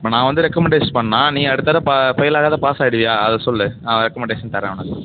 இப்போ நான் வந்து ரெக்கமெண்டேஷ் பண்ணா நீ அடுத்த தடவை ஃபெயில் ஆகாம பாஸ் ஆகிடிவியா அதை சொல் நான் ரெக்கமெண்டேஷன் தர்றேன் உனக்கு